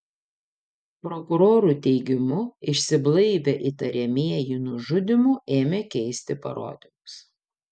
prokurorų teigimu išsiblaivę įtariamieji nužudymu ėmė keisti parodymus